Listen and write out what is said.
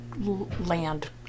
land